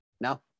No